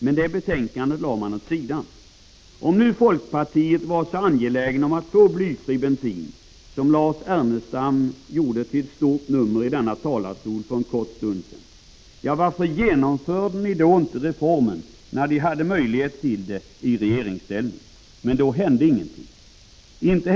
Men det betänkandet lade man åt sidan. Om nu folkpartiets önskemål om att genomföra blyfri bensin, som Lars Ernestam gjorde ett stort nummer av från denna talarstol för en kort stund sedan, var så angeläget, varför genomförde ni inte reformen när ni hade möjlighet till det i regeringsställning? Då hände ingenting.